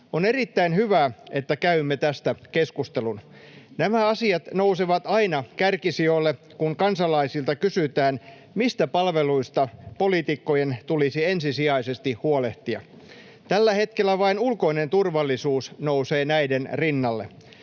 On erittäin hyvä, että käymme tästä keskustelun. Nämä asiat nousevat aina kärkisijoille, kun kansalaisilta kysytään, mistä palveluista poliitikkojen tulisi ensisijaisesti huolehtia. Tällä hetkellä vain ulkoinen turvallisuus nousee näiden rinnalle.